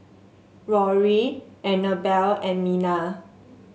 Rory Annabell and Minna